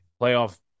playoff